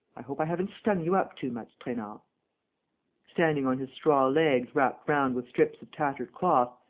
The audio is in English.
i hope i haven't stung you up too much, trainard? standing on his straw legs wrapped round with strips of tattered cloth,